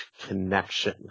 connection